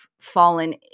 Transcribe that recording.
fallen